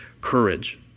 courage